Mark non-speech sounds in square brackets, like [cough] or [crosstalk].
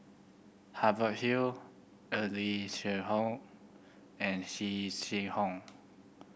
Hubert Hill Eng Lee Seok [unintelligible] and [unintelligible] Chee How